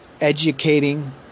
educating